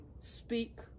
speak